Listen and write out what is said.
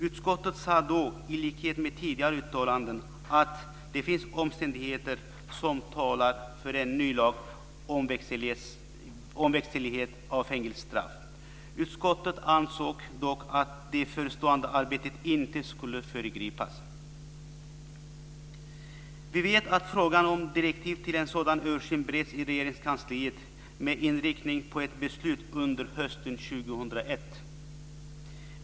Utskottet sade då, i likhet med tidigare uttalanden, att det finns omständigheter som talar för en ny lag om verkställighet av fängelsestraff. Utskottet ansåg dock att det förestående arbetet inte skulle föregripas. Vi vet att frågan om direktiv till en sådan översyn bereds i Regeringskansliet med inriktning på ett beslut under hösten 2001.